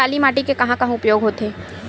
काली माटी के कहां कहा उपयोग होथे?